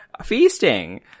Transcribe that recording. Feasting